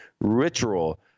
Ritual